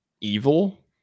evil